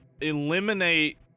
eliminate